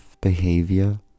behavior